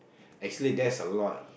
actually there's a lot